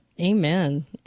amen